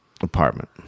Apartment